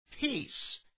peace